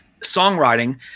songwriting